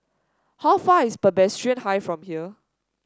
how far away is Presbyterian High from here